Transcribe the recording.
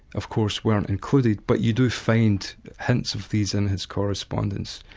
of course weren't included, but you do find hints of these in his correspondence.